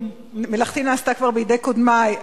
מלאכתי נעשתה כבר בידי קודמי.